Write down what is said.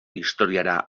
historiara